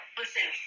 listen